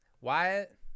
Wyatt